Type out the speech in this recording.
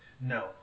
No